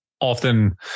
often